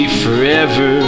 forever